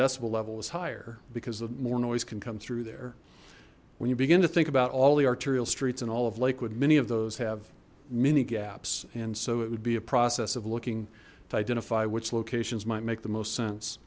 decibel level is higher because the more noise can come through there when you begin to think about all the arterial streets and all of lakewood many of those have many gaps and so it would be a process of looking to identify which locations might make the most sense